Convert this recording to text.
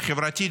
החברתית,